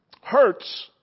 Hurts